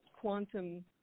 quantum